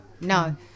No